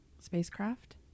spacecraft